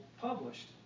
published